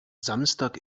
samstag